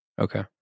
Okay